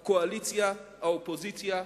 הקואליציה, האופוזיציה,